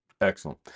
excellent